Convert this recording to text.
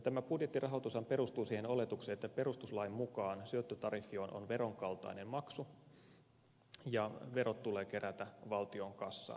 tämä budjettirahoitushan perustuu siihen oletukseen että perustuslain mukaan syöttötariffi on veron kaltainen maksu ja verot tulee kerätä valtion kassaan